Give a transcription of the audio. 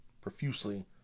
profusely